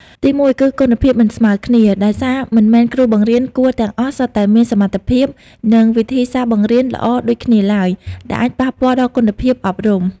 ទីមួយ គឺគុណភាពមិនស្មើគ្នា ដោយសារមិនមែនគ្រូបង្រៀនគួរទាំងអស់សុទ្ធតែមានសមត្ថភាព និងវិធីសាស្រ្តបង្រៀនល្អដូចគ្នាឡើយ ដែលអាចប៉ះពាល់ដល់គុណភាពអប់រំ។